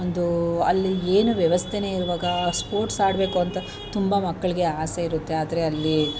ಒಂದು ಅಲ್ಲಿ ಏನು ವ್ಯವಸ್ಥೆಯೇ ಇವಗಾ ಸ್ಪೋರ್ಟ್ಸ್ ಆಡಬೇಕು ಅಂತ ತುಂಬ ಮಕ್ಕಳಿಗೆ ಆಸೆ ಇರುತ್ತೆ ಆದರೆ ಅಲ್ಲಿ